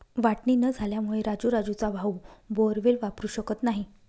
वाटणी न झाल्यामुळे राजू राजूचा भाऊ बोअरवेल वापरू शकत नाही